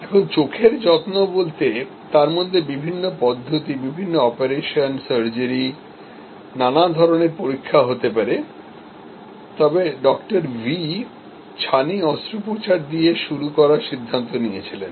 এখন চোখের যত্ন বলতে তারমধ্যে বিভিন্ন পদ্ধতি বিভিন্ন অপারেশন সার্জারি নানা ধরনের পরীক্ষা হতে পারে তবে ডাঃ ভি ছানি অস্ত্রোপচার দিয়ে শুরু করার সিদ্ধান্ত নিয়েছিলেন